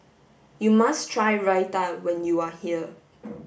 you must try Raita when you are here